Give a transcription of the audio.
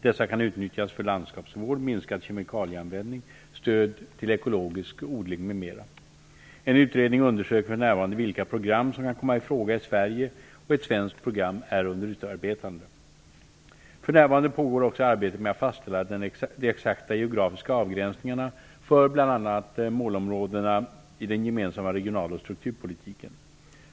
Dessa kan utnyttjas för landskapsvård, minskad kemikalieanvändning, stöd till ekologisk odling m.m. En utredning undersöker för närvarande vilka program som kan komma i fråga i Sverige, och ett svenskt program är under utarbetande. För närvarande pågår också arbete med att fastställa de exakta geografiska avgränsningarna för bl.a. målområdena i den gemensamma regional och strukturpolitiken.